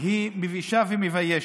היא מבישה ומביישת.